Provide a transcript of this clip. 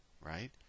right